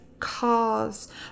Cars